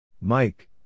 Mike